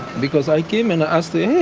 because i came and asked hey?